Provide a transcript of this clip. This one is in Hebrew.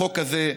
החוק הזה,